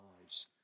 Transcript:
lives